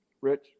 Rich